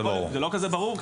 כנראה זה לא כזה ברור.